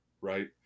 Right